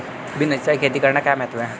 बिना सिंचाई खेती करना क्या कहलाता है?